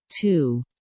two